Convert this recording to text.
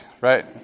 right